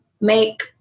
make